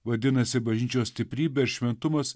vadinasi bažnyčios stiprybė ir šventumas